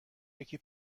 یکی